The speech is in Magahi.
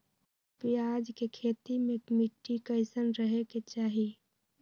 प्याज के खेती मे मिट्टी कैसन रहे के चाही?